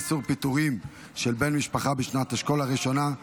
איסור פיטורים של בן משפחה בשנת השכול הראשונה),